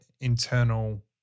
internal